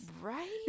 right